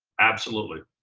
absolutely,